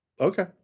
Okay